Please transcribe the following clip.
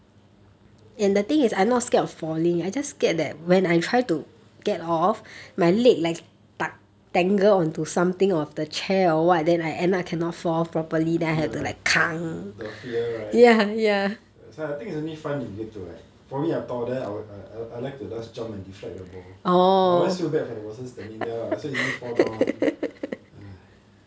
ya the fear right that's why I think is only fun if you get to like for me I tall I like to just jump and deflect the ball ah but I always feel bad for the person standing there ah so easy fall down [one] !hais!